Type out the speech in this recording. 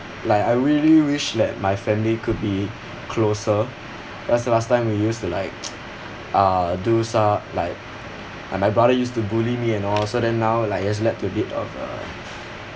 like I really wish that my family could be closer cause last time we used to like uh do some like and my brother used to bully me and all so then now left a bit of uh